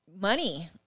money